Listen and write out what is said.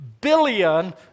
billion